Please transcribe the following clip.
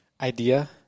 idea